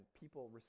people